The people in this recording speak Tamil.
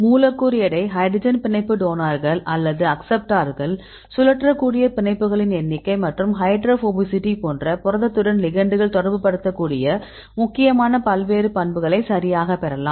மூலக்கூறு எடை ஹைட்ரஜன் பிணைப்பு டோனார்கள் அல்லது அக்சப்ட்டார்கள் சுழற்றக்கூடிய பிணைப்புகளின் எண்ணிக்கை மற்றும் ஹைட்ரோபோபசிட்டி போன்ற புரதத்துடன் லிகெண்டுகள் தொடர்புபடுத்தக்கூடிய முக்கியமான பல்வேறு பண்புகளை சரியாகப் பெறலாம்